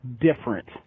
different